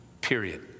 period